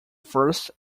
first